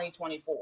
2024